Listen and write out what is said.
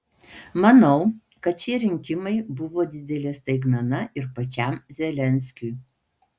manau kad šie rinkimai buvo didelė staigmena ir pačiam zelenskiui